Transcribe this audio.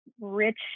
rich